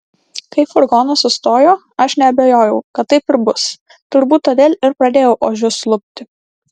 kai furgonas sustojo aš neabejojau kad taip ir bus turbūt todėl ir pradėjau ožius lupti